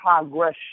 progression